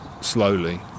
slowly